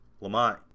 Lamont